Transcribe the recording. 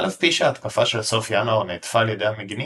אף על פי שההתקפה של סוף ינואר נהדפה על ידי המגינים,